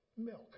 Milk